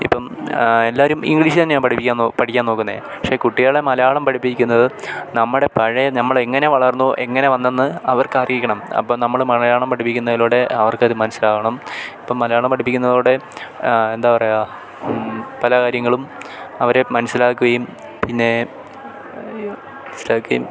ഇപ്പം എല്ലാവരും ഇംഗ്ലീഷ് തന്നെയാണ് പഠിപ്പിക്കാൻ നോ പഠിക്കാൻ നോക്കുന്നത് പക്ഷെ കുട്ടികളെ മലയാളം പഠിപ്പിക്കുന്നത് നമ്മുടെ പഴയ നമ്മളെങ്ങനെ വളർന്നു എങ്ങനെ വന്നെന്ന് അവർക്കറിയിക്കണം അപ്പം നമ്മൾ മലയാളം പഠിപ്പിക്കുന്നതിലൂടെ അവർക്കത് മനസ്സിലാകണം ഇപ്പം മലയാളം പഠിപ്പിക്കുന്നതോടെ എന്താ പറയുക പല കാര്യങ്ങളും അവരെ മനസ്സിലാക്കുകയും പിന്നേ സ്റ്റേയ്ക്കിങ്